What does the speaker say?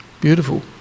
Beautiful